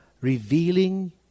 revealing